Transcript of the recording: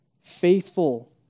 faithful